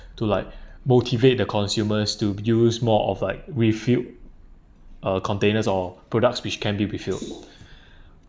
to like motivate the consumers to use more of like refilled uh containers or products which can be refilled